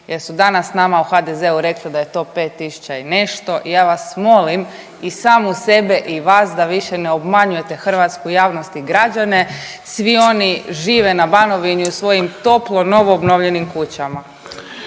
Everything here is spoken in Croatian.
jer su danas nama u HDZ-u rekli da je to 5000 i nešto. I ja vas molim i samu sebe i vas da više ne obmanjujete hrvatsku javnost i građane. Svi oni žive na Banovini u svojim toplo novo obnovljenim kućama.